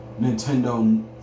Nintendo